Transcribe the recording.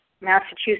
Massachusetts